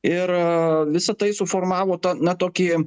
ir visa tai suformavo tą na tokį